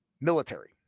military